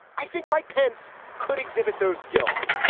i think mike pence could exhibit those skills.